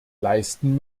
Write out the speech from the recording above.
leisten